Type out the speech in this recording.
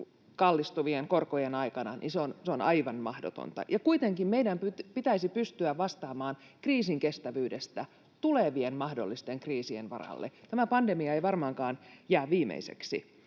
kallistuvien korkojen aikana on aivan mahdoton, ja kuitenkin meidän pitäisi pystyä vastaamaan kriisinkestävyydestä mahdollisten tulevien kriisien varalle — tämä pandemia ei varmaankaan jää viimeiseksi.